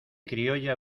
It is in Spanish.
criolla